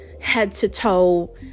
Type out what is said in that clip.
head-to-toe